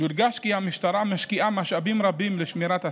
יודגש כי המשטרה משקיעה משאבים רבים בשמירת הסדר,